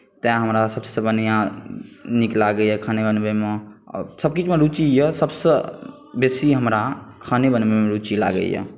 तेँ हमरा सभसँ बढ़िआँ नीक लागैए खाने बनबैमे आओर सभकिछुमे रुचि यए सभसँ बेसी हमरा खाने बनबैमे हमरा रुचि लागैए